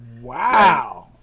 Wow